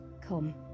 Come